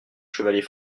chevalier